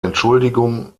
entschuldigung